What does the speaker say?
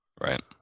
right